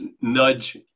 nudge